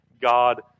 God